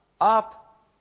up